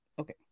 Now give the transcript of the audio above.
okay